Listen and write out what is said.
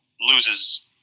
loses